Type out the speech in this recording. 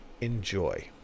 Enjoy